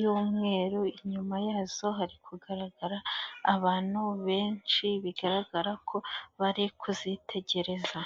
y'umweru, inyuma yazo hari kugaragara abantu benshi bigaragara ko bari kuzitegereza.